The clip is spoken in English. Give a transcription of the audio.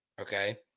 okay